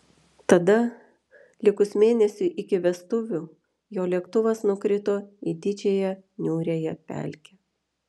tada likus mėnesiui iki vestuvių jo lėktuvas nukrito į didžiąją niūriąją pelkę